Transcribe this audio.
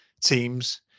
teams